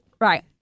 Right